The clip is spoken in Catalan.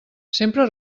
sempre